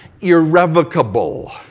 irrevocable